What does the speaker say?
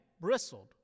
bristled